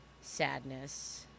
sadness